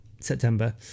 September